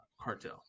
cartel